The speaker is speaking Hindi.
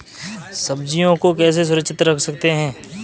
सब्जियों को कैसे सुरक्षित रख सकते हैं?